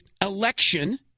election